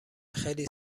خیلی